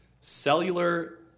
Cellular